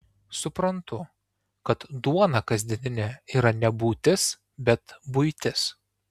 suprantu kad duona kasdieninė yra ne būtis bet buitis